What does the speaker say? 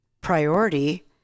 Priority